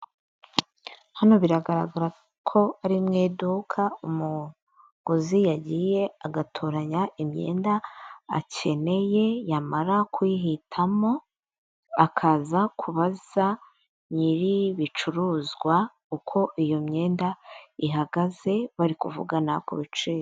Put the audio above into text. Hano biragaragara ko ari mu duka, umuguzi yagiye agatoranya imyenda akeneye. Yamara kuyihitamo akaza kubaza nyiri bicuruzwa uko iyo myenda ihagaze, bari kuvugana ku biciro.